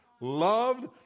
loved